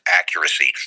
accuracy